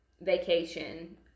vacation